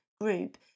group